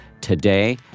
today